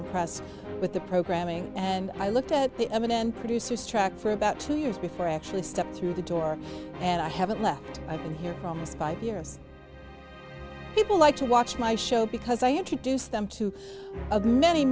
impressed with the programming and i looked at the producer for about two years before i actually stepped through the door and i haven't left i've been here for almost five years people like to watch my show because i introduce them to many